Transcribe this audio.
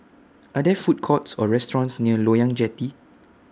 Are There Food Courts Or restaurants near Loyang Jetty